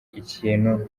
ikintu